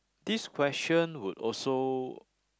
this question would also